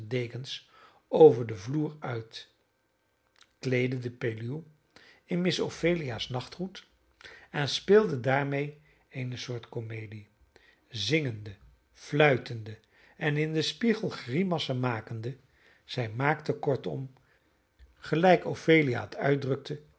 dekens over den vloer uit kleedde de peluw in miss ophelia's nachtgoed en speelde daarmede eene soort comedie zingende fluitende en in den spiegel grimassen makende zij maakte kortom gelijk ophelia het uitdrukte